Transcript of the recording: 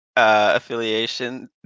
Affiliation